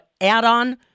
add-on